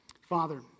Father